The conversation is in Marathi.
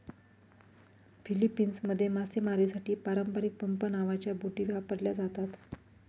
फिलीपिन्समध्ये मासेमारीसाठी पारंपारिक पंप नावाच्या बोटी वापरल्या जातात